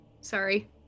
Sorry